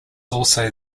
also